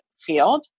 field